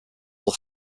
will